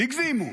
הגזימו.